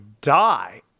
die